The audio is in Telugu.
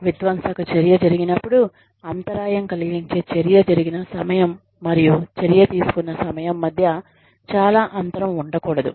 విధ్వంసక చర్య జరిగినప్పుడు అంతరాయం కలిగించే చర్య జరిగిన సమయం మరియు చర్య తీసుకున్న సమయం మధ్య చాలా అంతరం ఉండకూడదు